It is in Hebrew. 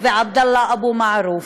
ועבדאללה אבו מערוף.